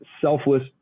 selfless